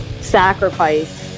Sacrifice